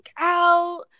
out